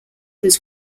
was